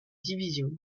division